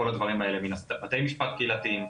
בתי משפט קהילתיים,